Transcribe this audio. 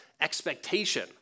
expectation